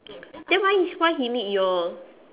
then why why he meet your